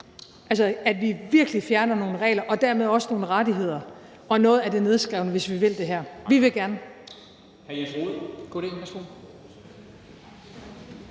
så, at vi virkelig fjerner nogle regler og dermed også nogle rettigheder og noget af det nedskrevne, hvis vi vil det her. Vi vil gerne.